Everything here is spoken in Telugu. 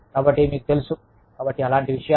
కాబట్టిమీకు తెలు కాబట్టి అలాంటి విషయాలు